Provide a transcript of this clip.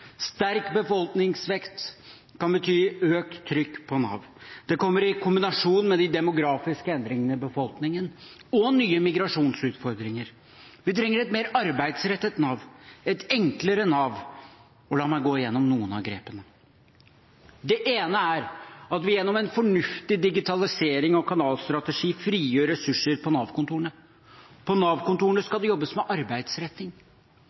Sterk befolkningsvekst kan bety økt trykk på Nav. Det kommer i kombinasjon med de demografiske endringene i befolkningen og nye migrasjonsutfordringer. Vi trenger et mer arbeidsrettet Nav, et enklere Nav. La meg gå gjennom noen av grepene. Det ene er at vi gjennom en fornuftig digitalisering og kanalstrategi frigjør ressurser på Nav-kontorene. På Nav-kontorene skal det jobbes med arbeidsretting.